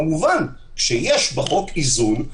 כמובן כשיש בחוק איזון,